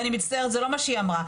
אני מצטערת זה לא מה שהיא אמרה,